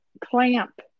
clamp